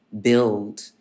build